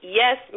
yes